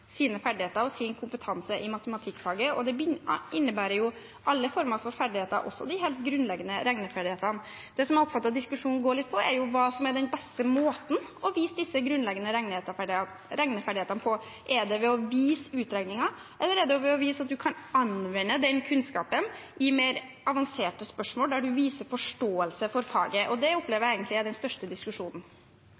sine ferdigheter og sin kompetanse i matematikkfaget. Det innebærer alle former for ferdigheter, også de helt grunnleggende regneferdighetene. Det jeg oppfatter at diskusjonen går litt på, er hva som er den beste måten å vise disse grunnleggende regneferdighetene på. Er det ved å vise utregninger, eller er det ved å vise at en kan anvende kunnskapen i mer avanserte spørsmål, der en viser forståelse for faget? Det opplever